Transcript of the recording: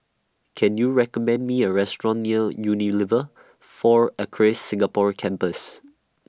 Can YOU recommend Me A Restaurant near Unilever four Acres Singapore Campus